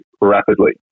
rapidly